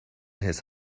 his